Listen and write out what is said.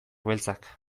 beltzak